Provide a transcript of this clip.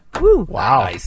Wow